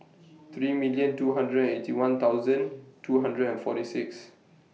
three million two hundred Eighty One thousand two hundred and forty six